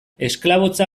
esklabotza